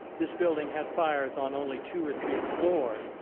this building had fires on only two or three floors.